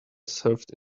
served